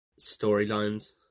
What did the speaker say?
storylines